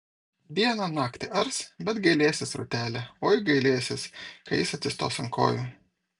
dieną naktį ars bet gailėsis rūtelė oi gailėsis kai jis atsistos ant kojų